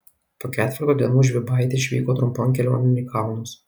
po ketverto dienų žvybaitė išvyko trumpon kelionėn į kalnus